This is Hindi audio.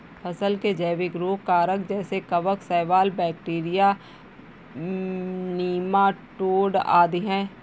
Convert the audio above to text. फसल के जैविक रोग कारक जैसे कवक, शैवाल, बैक्टीरिया, नीमाटोड आदि है